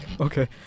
okay